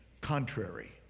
contrary